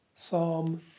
Psalm